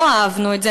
לא אהבנו את זה,